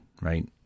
right